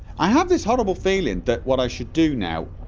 i have this horrible feeling that what i should do now